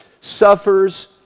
suffers